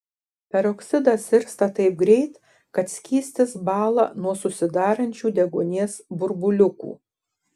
peroksidas irsta taip greit kad skystis bąla nuo susidarančių deguonies burbuliukų